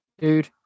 Dude